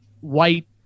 White